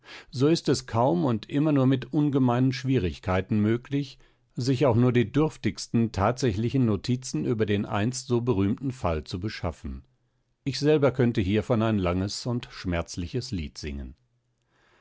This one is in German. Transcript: so ist es kaum und immer nur mit ungemeinen schwierigkeiten möglich sich auch nur die dürftigsten tatsächlichen notizen über den einst so berühmten fall zu beschaffen ich selber könnte hiervon ein langes und schmerzliches lied singen